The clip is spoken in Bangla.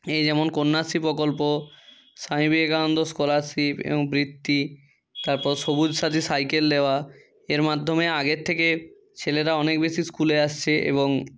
এই যেমন কন্যাশ্রী প্রকল্প স্বামী বিবেকানন্দ স্কলারশিপ এবং বৃত্তি তারপর সবুজ সাথী সাইকেল দেওয়া এর মাধ্যমে আগের থেকে ছেলেরা অনেক বেশি স্কুলে আসছে এবং